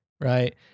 right